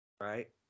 Right